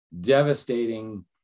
devastating